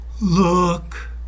look